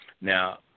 Now